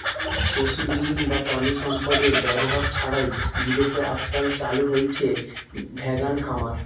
পশুবিহীন বা প্রাণিসম্পদএর ব্যবহার ছাড়াই বিদেশে আজকাল চালু হইচে ভেগান খামার